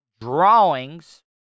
drawings